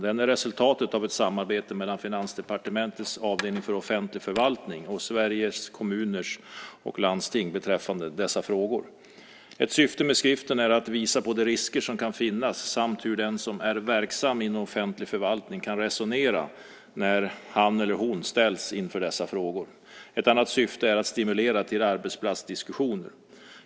Den är resultatet av ett samarbete mellan Finansdepartementets avdelning för offentlig förvaltning och Sveriges Kommuner och Landsting beträffande dessa frågor. Ett syfte med skriften är att visa på de risker som kan finnas samt hur den som är verksam inom offentlig förvaltning kan resonera när han eller hon ställs inför dessa frågor. Ett annat syfte är att stimulera till arbetsplatsdiskussioner.